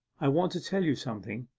i want to tell you something,